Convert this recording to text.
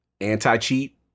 anti-cheat